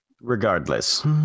Regardless